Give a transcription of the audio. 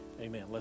Amen